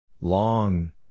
Long